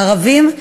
הערביים,